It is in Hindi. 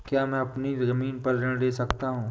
क्या मैं अपनी ज़मीन पर ऋण ले सकता हूँ?